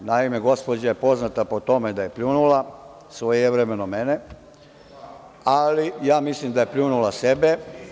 Naime, gospođa je poznata po tome da je pljunula svojevremeno mene, ali ja mislim da je pljunula sebe.